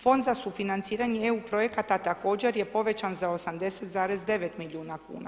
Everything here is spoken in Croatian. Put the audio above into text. Fond za sufinanciranje EU projekata također je povećan za 89,9 milijuna kuna.